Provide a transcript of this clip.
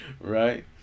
Right